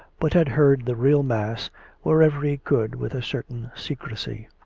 but had heard the real mass wherever he could with a certain s'ecrecy.